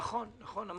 נכון, נכון.